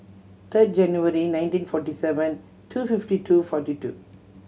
third January nineteen forty seven two fifty two forty two